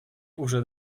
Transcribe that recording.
уже